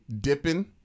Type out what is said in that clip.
dipping